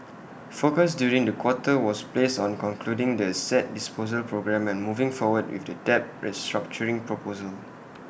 focus during the quarter was placed on concluding the asset disposal programme and moving forward with the debt restructuring proposal